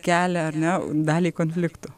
kelią ar ne daliai konfliktų